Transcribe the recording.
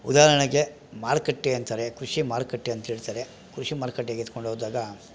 ಉದಾಹರಣೆಗೆ ಮಾರುಕಟ್ಟೆ ಅಂತಾರೆ ಕೃಷಿ ಮಾರುಕಟ್ಟೆ ಅಂತೇಳ್ತಾರೆ ಕೃಷಿ ಮಾರುಕಟ್ಟೆಗೆ ಎತ್ಕೊಂಡೋದಾಗ